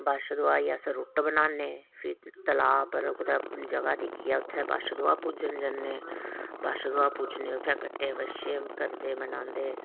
बच्छदुआ गी अस रुट्ट बनाने फिर तलाऽ उप्पर कुदै जगह् दिक्खियै उ'त्थें बच्छदुआह पूजने जन्ने बच्छदुआ पूजने उ'त्थें कट्टे बच्छे करदे मनांदे